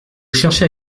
cherchez